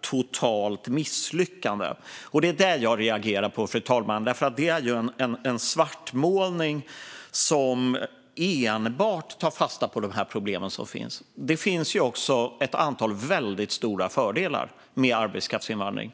"totalt misslyckande". Det är det jag reagerar på, fru talman. Det är en svartmålning som enbart tar fasta på de problem som finns. Det finns också ett antal väldigt stora fördelar med arbetskraftsinvandring.